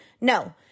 No